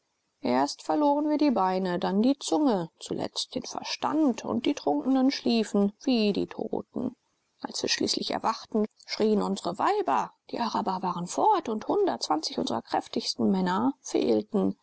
erst verloren wir die beine dann die zunge zuletzt den verstand und die trunkenen schliefen wie die toten als wir schließlich erwachten schrien unsre weiber die araber waren fort und unsrer kräftigsten männer fehlten